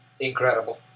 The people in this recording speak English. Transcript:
incredible